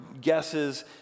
guesses